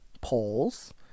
polls